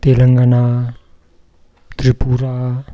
Telangana Tripura